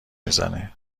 میزنه